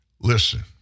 Listen